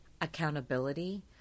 accountability